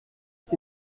est